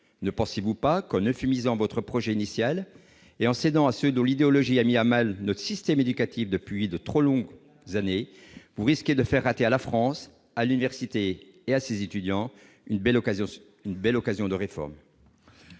Ne pensez-vous pas qu'en euphémisant votre projet initial et en cédant devant ceux dont l'idéologie a mis à mal notre système éducatif depuis de trop longues années, ... C'est vous qui l'avez mis à mal !... vous risquez de faire rater à la France, à l'université et à ses étudiants une belle occasion de réforme